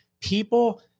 people